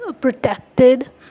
protected